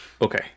Okay